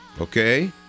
Okay